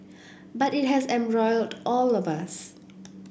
but it has embroiled all of us